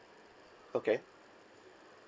okay